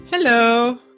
Hello